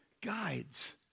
guides